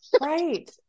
Right